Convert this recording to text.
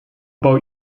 boat